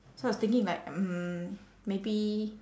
so I was thinking like mm maybe